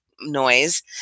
noise